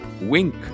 Wink